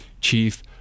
chief